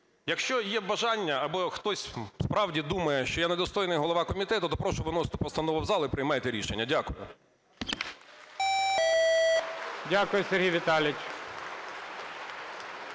Якщо є бажання або хтось справді думає, що я недостойний голова комітету, то прошу виносити постанову в зал і приймайте рішення. Дякую. ГОЛОВУЮЧИЙ. Дякую, Сергій Віталійович.